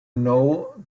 know